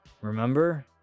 Remember